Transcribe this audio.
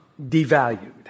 devalued